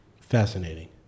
Fascinating